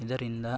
ಇದರಿಂದ